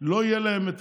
לא תהיה היכולת